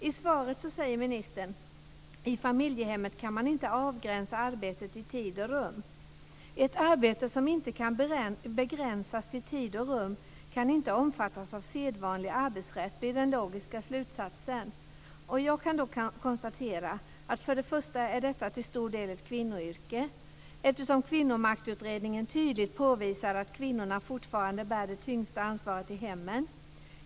I svaret säger ministern: "I familjehemmet kan man inte avgränsa arbetet i tid och rum." Den logiska slutsatsen blir att arbete som inte kan begränsas till tid och rum inte kan omfattas av sedvanlig arbetsrätt. Jag kan konstatera att detta för det första till stor del är ett kvinnoyrke. Kvinnomaktutredningen påvisar tydligt att kvinnorna fortfarande bär det tyngsta ansvaret i hemmen.